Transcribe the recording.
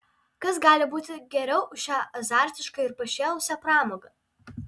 kas gali būti geriau už šią azartišką ir pašėlusią pramogą